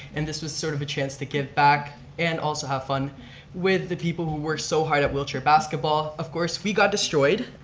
and this was sort of a chance to give back and also have fun with the people who worked so hard at wheelchair basketball. of course we got destroyed.